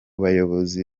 bayobozi